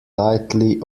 tightly